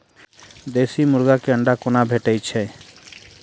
देसी मुर्गी केँ अंडा कोना भेटय छै?